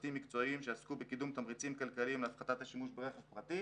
צוותים מקצועיים שעסקו בקידום תמריצים כלכליים להפחתת השימוש ברכב פרטי,